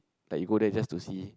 like you go there just to see